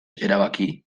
erabaki